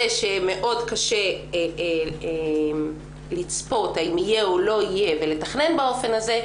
ושמאוד קשה לצפות אם יהיה או לא יהיה ולתכנן באופן הזה,